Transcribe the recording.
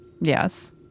Yes